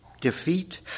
defeat